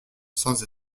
sans